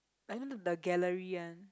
I went to the gallery one